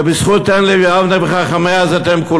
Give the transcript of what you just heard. ובזכות "תן לי יבנה וחכמיה" אתם,